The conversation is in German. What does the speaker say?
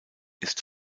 ist